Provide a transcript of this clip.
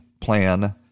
plan